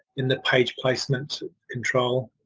in the page placement control.